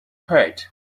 heart